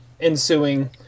ensuing